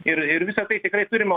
ir ir visa tai tikrai turima